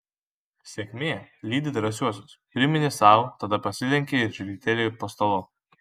sėkmė lydi drąsiuosius priminė sau tada pasilenkė ir žvilgtelėjo po stalu